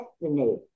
destiny